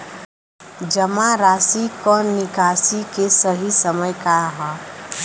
जमा राशि क निकासी के सही समय का ह?